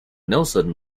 nelson